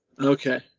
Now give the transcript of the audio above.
Okay